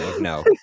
no